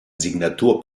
signatur